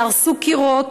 יהרסו קירות,